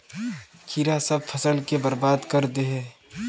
कीड़ा सब फ़सल के बर्बाद कर दे है?